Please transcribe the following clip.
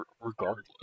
regardless